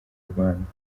rwanda